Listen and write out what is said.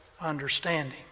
understanding